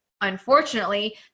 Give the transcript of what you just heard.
unfortunately